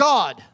God